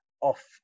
off